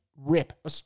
Rip